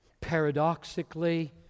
paradoxically